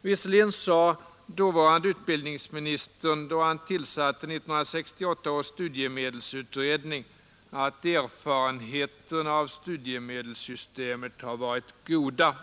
Visserligen sade dåvarande utbildningsministern, då han tillsatte 1968 års studiemedelsutredning, att ”erfarenheterna av studiemedelssystemet har varit goda”.